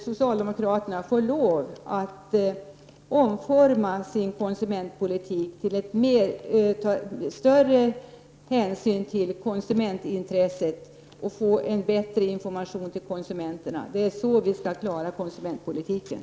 Socialdemokraterna måste omforma sin konsumentpolitik, ta större hänsyn till konsumentintresset och ge konsumenterna en bättre information. Det är så vi måste klara konsumentpolitiken.